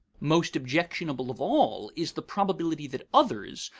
most objectionable of all is the probability that others,